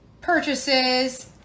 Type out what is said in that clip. purchases